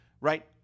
right